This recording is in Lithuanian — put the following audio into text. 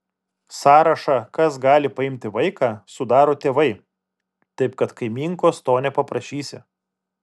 sąrašą kas gali paimti vaiką sudaro tėvai taip kad kaimynkos to nepaprašysi